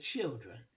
children